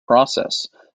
process